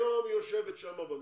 היום היא יושבת שם במשרד,